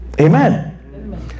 Amen